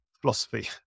philosophy